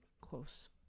close